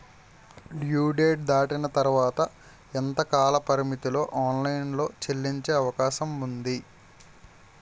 Due date దాటిన తర్వాత ఎంత కాలపరిమితిలో ఆన్ లైన్ లో చెల్లించే అవకాశం వుంది?